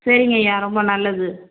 சரிங்கய்யா ரொம்ப நல்லது